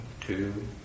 two